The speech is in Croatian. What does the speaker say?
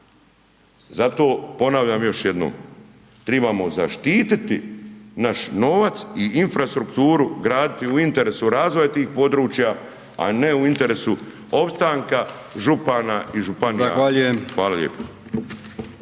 Zato ponavljam još jednom, trebamo zaštititi naš novac i infrastrukturu, graditi u interesu razvoja tih područja, a ne u interesu opstanka župana i županija. Hvala lijepa.